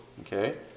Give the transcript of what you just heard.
Okay